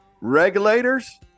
Regulators